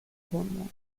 cornwall